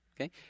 Okay